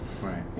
Right